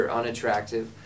unattractive